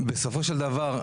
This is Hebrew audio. בסופו של דבר,